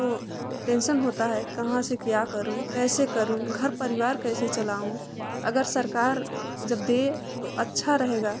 तो टेन्सन होता है कहाँ से क्या करूँ कैसे करूँ घर परिवार कैसे चलाऊँ अगर सरकार जब दे तो अच्छा रहेगा